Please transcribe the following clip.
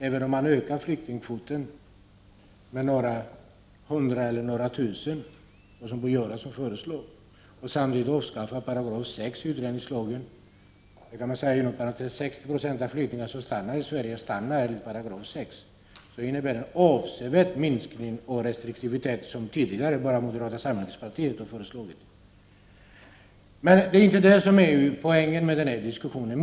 Även om man ökar flyktingkvoten med några hundra eller några tusen, som Bo Göransson föreslår, och samtidigt avskaffar 6 § i utlänningslagen — de ungefär 60 96 av flyktingarna som stannar i Sverige stannar enligt 6 §— innebär det en avsevärd minskning och en restriktivitet som tidigare bara moderata samlingspartiet har föreslagit. Men det är inte det som är poängen med den här diskussionen.